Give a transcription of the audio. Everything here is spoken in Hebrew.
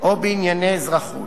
ובענייני אזרחות.